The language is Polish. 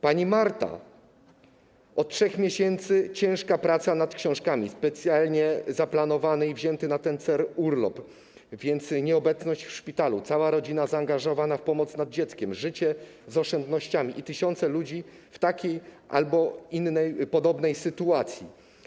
Pani Marta: Od 3 miesięcy - ciężka praca nad książkami, specjalnie zaplanowany i wzięty na ten cel urlop, więc i nieobecność w szpitalu, cała rodzina zaangażowana w pomoc nad dzieckiem, życie z oszczędności i tysiące ludzi w takiej albo innej, ale podobnej sytuacji.